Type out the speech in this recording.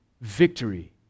victory